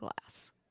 glass